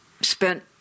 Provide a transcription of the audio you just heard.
spent